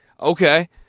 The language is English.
Okay